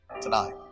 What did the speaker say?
tonight